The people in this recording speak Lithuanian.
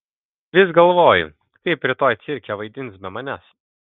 vis galvoju kaip rytoj cirke vaidins be manęs